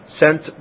sent